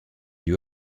you